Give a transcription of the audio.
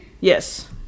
yes